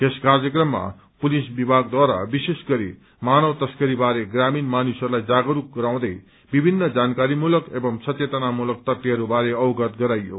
यस कार्यक्रममा पुलिस विभागद्वारा विशेष गरी मानव तस्करीबारे ग्रामीण मानिसहरूलाई जागरूक गराउँदै विभिन्न जानकारीमूलक एवं सचेतनामूलक तथ्यहरूबारे अवगत गराइयो